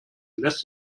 lässt